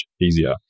easier